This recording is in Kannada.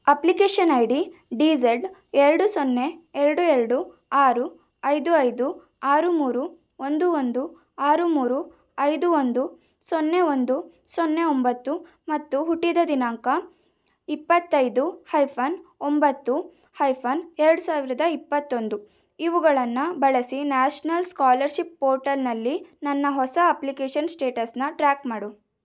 application I D D Z ಎರಡು ಸೊನ್ನೆ ಎರಡು ಎರಡು ಆರು ಐದು ಐದು ಆರು ಮೂರು ಒಂದು ಒಂದು ಆರು ಮೂರು ಐದು ಒಂದು ಸೊನ್ನೆ ಒಂದು ಸೊನ್ನೆ ಒಂಬತ್ತು ಮತ್ತು ಹುಟ್ಟಿದ ದಿನಾಂಕ ಇಪ್ಪತ್ತೈದು ಹೈಫನ್ ಒಂಬತ್ತು ಹೈಫನ್ ಎರಡು ಸಾವಿರದ ಇಪ್ಪತ್ತೊಂದು ಇವುಗಳನ್ನು ಬಳಸಿ ನ್ಯಾಷ್ನಲ್ ಸ್ಕಾಲರ್ಶಿಪ್ ಪೋರ್ಟಲಿನಲ್ಲಿ ನನ್ನ ಹೊಸ ಅಪ್ಲಿಕೇಶನ್ ಸ್ಟೇಟಸನ್ನ ಟ್ರ್ಯಾಕ್ ಮಾಡು